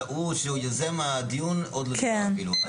והוא יוזם הדיון עוד לא דיבר אפילו.